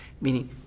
Meaning